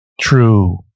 true